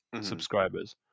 subscribers